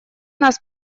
нас